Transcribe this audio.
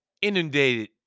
inundated